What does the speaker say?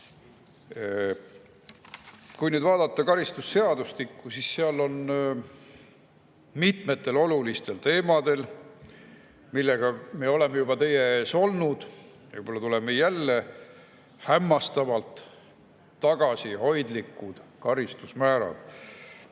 Kui vaadata karistusseadustikku, siis seal on mitme olulise teema puhul, millega me oleme juba teie ees olnud ja võib-olla tuleme jälle, hämmastavalt tagasihoidlikud karistusmäärad.